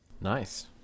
Nice